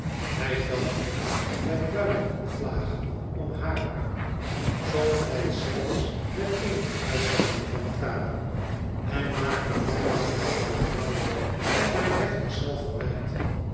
hij dacht wel bij buien en vlagen om haar somtijds zelfs met eene uitbarsting van tranen en maakte mij dan tot vertrouwde van zijn